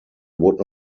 would